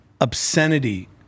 obscenity